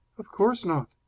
of course not.